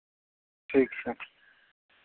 ठीक छै